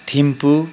Thimphu